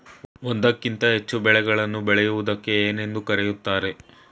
ಒಂದಕ್ಕಿಂತ ಹೆಚ್ಚು ಬೆಳೆಗಳನ್ನು ಬೆಳೆಯುವುದಕ್ಕೆ ಏನೆಂದು ಕರೆಯುತ್ತಾರೆ?